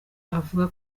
avuga